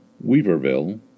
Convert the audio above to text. Weaverville